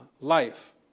Life